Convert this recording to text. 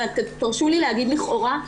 ותרשו לי להגיד לכאורה,